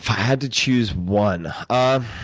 had to choose one, um